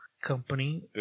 company